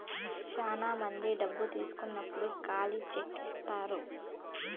శ్యానా మంది డబ్బు తీసుకున్నప్పుడు ఖాళీ చెక్ ఇత్తారు